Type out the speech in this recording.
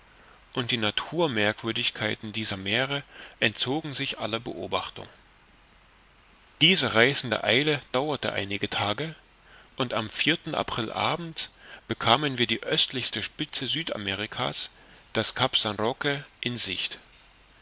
und die naturmerkwürdigkeiten dieser meere entzogen sich aller beobachtung diese reißende eile dauerte einige tage und am aprilabend bekamen wir die östlichste spitze südamerika's das cap san roque in sicht